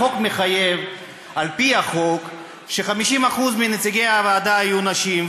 החוק מחייב ש-50% מנציגי הוועדה יהיו נשים,